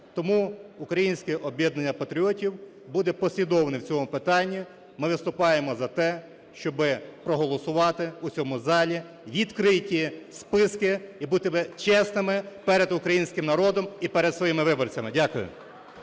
Тому "Українське об'єднання патріотів" буде послідовним в цьому питанні. Ми виступаємо за те, щоб проголосувати в цьому залі відкриті списки і бути чесними перед українським народом і перед своїми виборцями. Дякую.